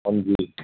ਹਾਂਜੀ